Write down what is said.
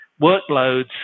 workloads